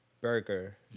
burger